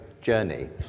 journey